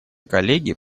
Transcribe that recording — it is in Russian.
коллеги